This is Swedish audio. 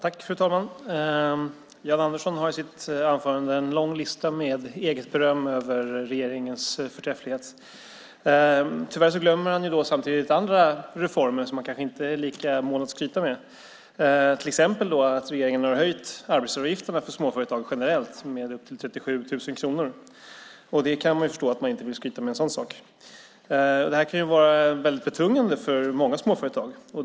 Fru talman! Jan Andersson har i sitt anförande en lång lista med eget beröm över regeringens förträfflighet. Tyvärr glömmer han samtidigt andra reformer som han kanske inte är lika mån om att skryta med, till exempel att regeringen har höjt arbetsgivaravgifterna för småföretag generellt med 37 000 kronor. Man kan förstå att han inte vill skryta med en sådan sak. Detta kan vara väldigt betungande för många småföretag.